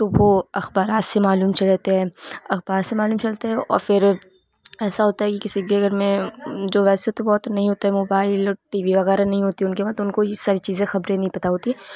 تو وہ اخبارات سے معلوم چل جاتے ہیں اخبار سے معلوم چلتے ہیں اور پھر ایسا ہوتا ہے کہ کسی کے گھر میں جو ویسے تو بہت نہیں ہوتا ہے موبائل اور ٹی وی وغیرہ نہیں ہوتی ہے ان کے وہاں تو ان کو یہ ساری چیزیں خبریں نہیں پتہ ہوتی ہے